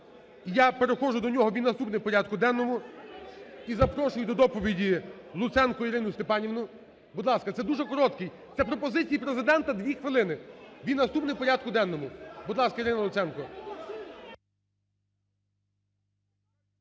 Я переходжу до нього, він наступний у порядку денному. І запрошую до доповіді Луценко Ірину Степанівну. Будь ласка, це дуже короткий, це пропозиції Президента, 2 хвилини. Він наступний у порядку денному. Будь ласка, Ірина Луценко.